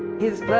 is